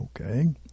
Okay